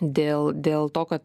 dėl dėl to kad